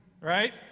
right